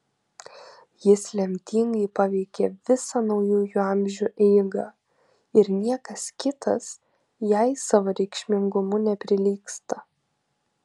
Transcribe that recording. jis lemtingai paveikė visą naujųjų amžių eigą ir niekas kitas jai savo reikšmingumu neprilygsta